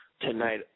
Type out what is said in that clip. tonight